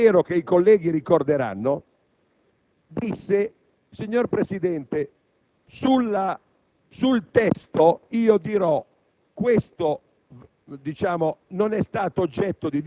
e, adottando una soluzione che spero i colleghi ricorderanno, disse: «Signor Presidente, sul testo dirò quali parti